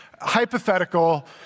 Hypothetical